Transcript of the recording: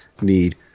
need